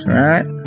right